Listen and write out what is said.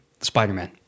Spider-Man